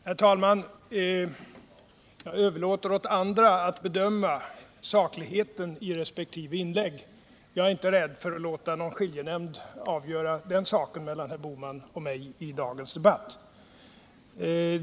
Herr talman! Jag överlåter åt andra att bedöma sakligheten i Gösta Bohmans och mina inlägg i dagens debatt — jag är inte rädd för att låta någon skiljenämnd avgöra den saken.